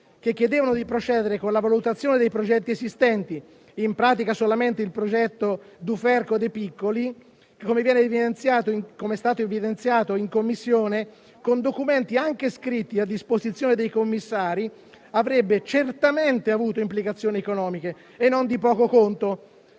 che chiedevano di procedere con la valutazione dei progetti esistenti (in pratica, solamente il progetto Duferco-De Piccoli), com'è stato evidenziato in Commissione, anche con documenti scritti a disposizione dei commissari, avrebbero certamente avuto implicazioni economiche, e non di poco conto.